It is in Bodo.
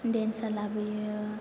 डेन्सार लाबोयो